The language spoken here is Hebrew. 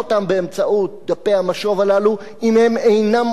ולהדיח אותם באמצעות דפי המשוב הללו אם הם אינם עונים